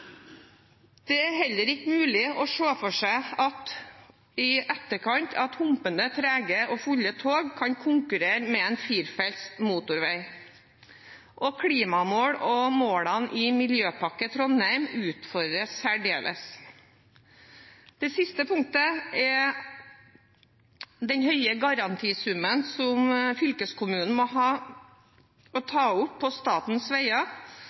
Det er heller ikke mulig å se for seg i etterkant at humpende, trege og fulle tog kan konkurrere med en firefelts motorvei, og klimamål og målene i Miljøpakke Trondheim utfordres i særdeleshet. Det siste punktet er den høye garantisummen som fylkeskommunen må stille opp med for statens veier.